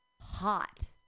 hot